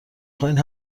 خواین